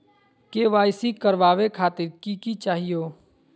KYC करवावे खातीर कि कि चाहियो?